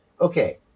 okay